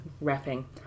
wrapping